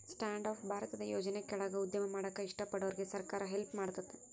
stand up ಭಾರತದ ಯೋಜನೆ ಕೆಳಾಗ ಉದ್ಯಮ ಮಾಡಾಕ ಇಷ್ಟ ಪಡೋರ್ಗೆ ಸರ್ಕಾರ ಹೆಲ್ಪ್ ಮಾಡ್ತತೆ